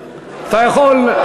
אתה יכול,